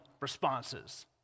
responses